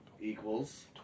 Equals